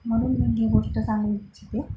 म्हणून मी ही गोष्ट सांगू इच्छिते